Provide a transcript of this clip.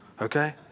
Okay